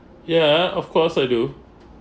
ya of course I do